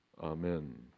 Amen